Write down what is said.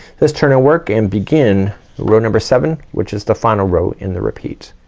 let's turn of work, and begin row number seven, which is the final row in the repeat.